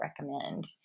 recommend